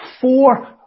four